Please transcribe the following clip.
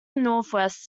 northwest